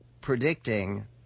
predicting